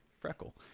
freckle